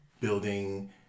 building